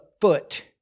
foot